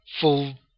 full